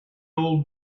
old